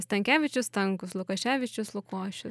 stankevičius stankus lukoševičius lukošius